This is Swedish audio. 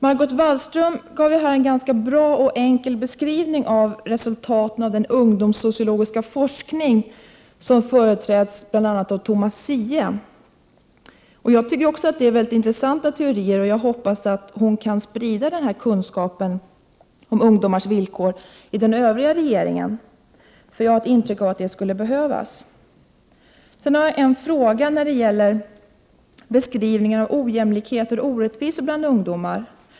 Margot Wallström gav en ganska bra, enkel beskrivning av resultaten av den ungdomssociologiska forskning som företräds av bl.a. Tomas Ziehe. Jag tycker också att det är mycket intressanta teorier. Jag hoppas att hon kan sprida denna kunskap om ungdomars villkor i den övriga regeringen. Jag har ett intryck av att det skulle behövas. Jag har en fråga när det gäller beskrivningen av ojämlikheter och orättvisor bland ungdomar.